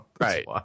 Right